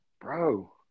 bro